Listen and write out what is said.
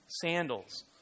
Sandals